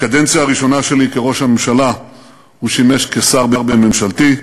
בקדנציה הראשונה שלי כראש הממשלה הוא שימש שר בממשלתי,